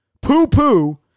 poo-poo